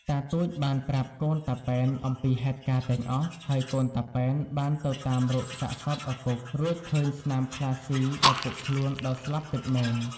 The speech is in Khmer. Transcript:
តាទូចបានប្រាប់កូនតាប៉ែនអំពីហេតុការណ៍ទាំងអស់ ហើយកូនតាប៉ែនបានទៅតាមរកសាកសពឪពុក រួចឃើញស្នាមខ្លាស៊ីឪពុកខ្លួនដល់ស្លាប់ពិតមែន។